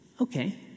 okay